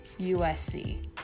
USC